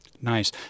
Nice